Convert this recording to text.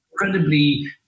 incredibly